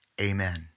Amen